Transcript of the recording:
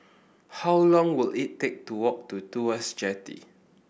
how long will it take to walk to Tuas Jetty